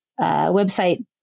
website